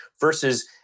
versus